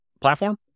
platform